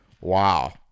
Wow